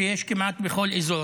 שיש כמעט בכל אזור.